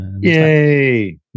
Yay